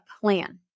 plan